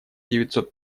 девятьсот